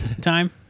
time